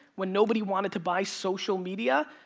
when nobody wanted to buy social media,